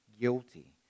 guilty